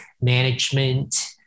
management